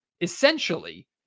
Essentially